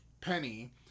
Penny